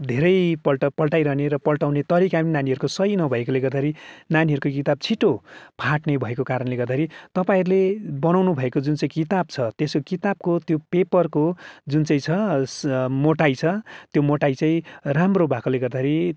धेरैपल्ट पल्टाइरहने र पल्टाउने तरिका पनि नानीहरूको सही नभएकोले गर्दाखेरि नानीहरूको किताब छिट्टो फाट्ने भएको कारणले गर्दाखेरि तपाईँहरूले बनाउनुभएको जुन चाहिँ किताब छ त्यस किताबको त्यो पेपरको जुन चाहिँ छ मोटाइ छ त्यो मोटाइ चाहिँ राम्रो भएकोले गर्दाखेरि